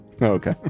okay